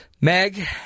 Meg